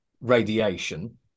radiation